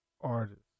artist